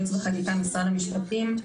ייעוץ וחקיקה משרד המשפטים,